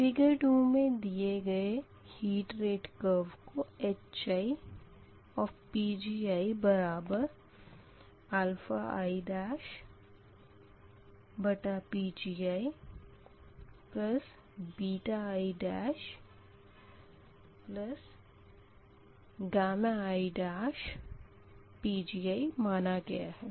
figure 2 मे दिये गये हीट रेट कर्व को HiPgiiPgiiiPgi माना गया है